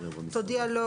תודיע לו,